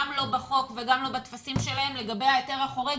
גם לא בחוק וגם לא בטפסים שלהם לגבי ההיתר החורג.